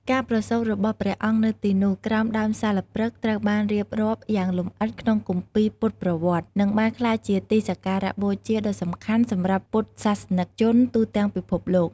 ការប្រសូតរបស់ព្រះអង្គនៅទីនោះ ក្រោមដើមសាលព្រឹក្ស ត្រូវបានរៀបរាប់យ៉ាងលម្អិតក្នុងគម្ពីរពុទ្ធប្រវត្តិ និងបានក្លាយជាទីសក្ការបូជាដ៏សំខាន់សម្រាប់ពុទ្ធសាសនិកជនទូទាំងពិភពលោក។